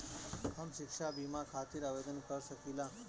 हम शिक्षा बीमा खातिर आवेदन कर सकिला?